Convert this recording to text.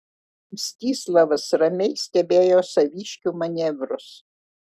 mstislavas ramiai stebėjo saviškių manevrus